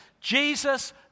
Jesus